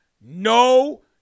No